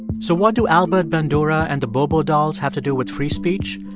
so what do albert bandura and the bobo dolls have to do with free speech?